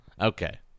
Okay